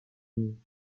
uni